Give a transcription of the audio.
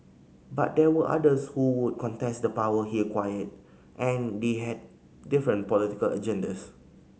but there were others who would contest the power he acquired and they had different political agendas